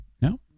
No